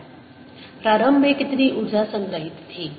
Total energydt SdSdt V0ddt12K2V0K22 प्रारंभ में कितनी ऊर्जा संग्रहित थी